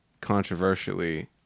controversially